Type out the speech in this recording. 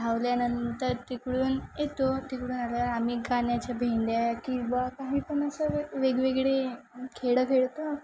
धावल्यानंतर तिकडून येतो तिकडून आता आम्ही गाण्याच्या भेंड्या किंवा काही पण असं वेग वेगवेगळे खेळ खेळतो